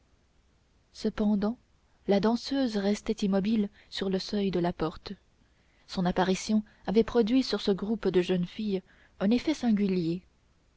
cependant la danseuse restait immobile sur le seuil de la porte son apparition avait produit sur ce groupe de jeunes filles un effet singulier